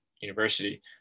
university